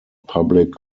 public